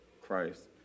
Christ